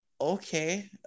Okay